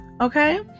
okay